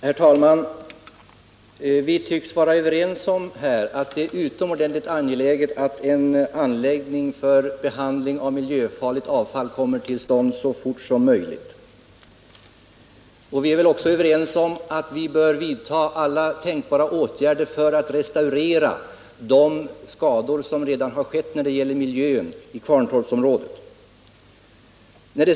Herr talman! Vi tycks vara överens om att det är utomordentligt angeläget att en anläggning för behandling av miljöfarligt avfall kommer till stånd så fort som möjligt. Och vi är väl också överens om att vi bör vidta alla tänkbara restaureringsåtgärder i fråga om de skador som redan skett på miljön i Kvarntorpsområdet.